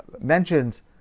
mentions